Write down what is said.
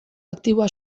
aktiboa